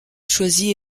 choisit